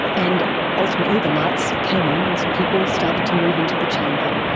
and ultimately the lights came on and some people started to move into the chamber.